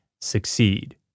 succeed